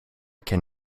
can